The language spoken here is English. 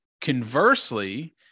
Conversely